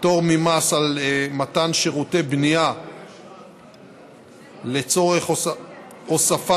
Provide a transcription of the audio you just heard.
פטור ממס על מתן שירותי בנייה לצורך הוספת